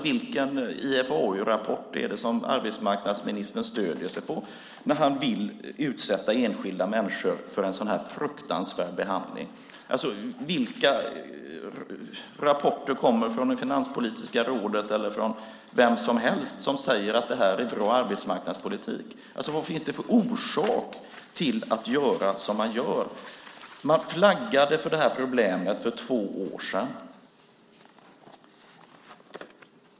Vilken IFAU-rapport stöder arbetsmarknadsministern sig på när han vill utsätta enskilda människor för en sådan här fruktansvärd behandling? Vilka rapporter kommer från Finanspolitiska rådet, eller från vem som helst, som säger att detta är bra arbetsmarknadspolitik? Vad finns det för orsak till att göra som man gör? Man flaggade för det här problemet för två år sedan.